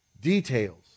details